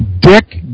Dick